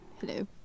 hello